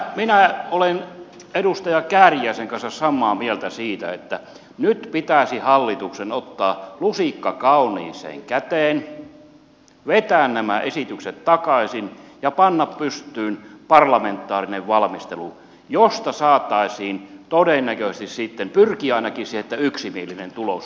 minä olen edustaja kääriäisen kanssa samaa mieltä siitä että nyt pitäisi hallituksen ottaa lusikka kauniiseen käteen vetää nämä esitykset takaisin ja panna pystyyn parlamentaarinen valmistelu josta saataisiin todennäköisesti sitten pyrkiä ainakin siihen yksimielinen tulos ulos